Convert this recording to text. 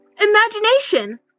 Imagination